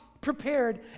prepared